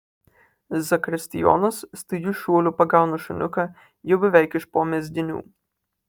zakristijonas staigiu šuoliu pagauna šuniuką jau beveik iš po mezginių